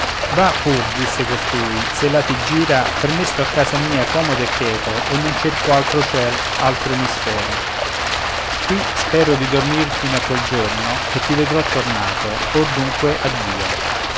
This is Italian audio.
va pur disse costui se la ti gira per me sto a casa mia comodo e cheto e non cerco altro ciel altro emisfero qui spero di dormir fino a quel giorno che ti vedrò tornato or dunque addio